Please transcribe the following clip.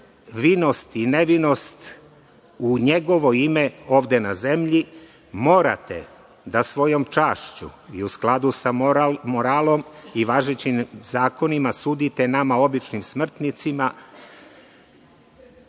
vinost i nevinost u njegovo ime ovde na zemlji, morate da svojom čašću i u skladu sa moralom i važećim zakonima sudite nama, običnim smrtnicima,